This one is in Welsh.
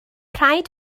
rhaid